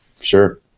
sure